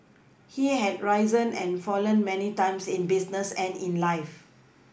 he had risen and fallen many times in business and in life